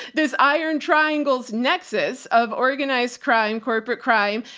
this iron triangle's nexus of organized crime, corporate crime,